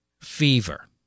fever